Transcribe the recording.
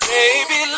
Baby